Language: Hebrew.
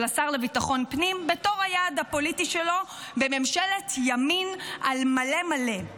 השר לביטחון פנים בתור היעד הפוליטי שלו בממשלת ימין על מלא מלא.